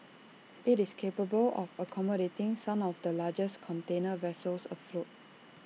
IT is capable of accommodating some of the largest container vessels afloat